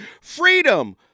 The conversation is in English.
Freedom